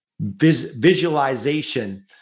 visualization